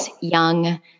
young